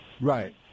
Right